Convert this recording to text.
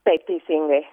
taip teisingai